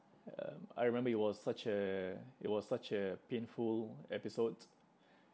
um I remember it was such a it was such a painful episode